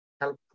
help